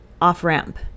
off-ramp